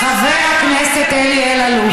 חבר הכנסת אלי אלאלוף.